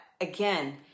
again